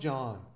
John